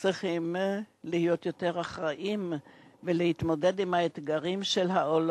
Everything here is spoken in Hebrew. כיום צריכים להיות יותר אחראיים ולהתמודד עם האתגרים של העולם.